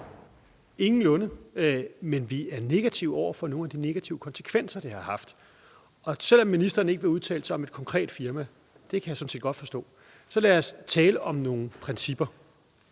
Ingenlunde. Men vi er negative over for nogle af de negative konsekvenser, det har haft. Og selv om ministeren ikke vil udtale sig om et konkret firma – det kan jeg sådan set godt forstå – kan vi tale om nogle principper.